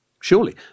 surely